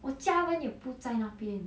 我家人也不在那边